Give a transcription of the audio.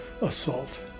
assault